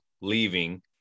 leaving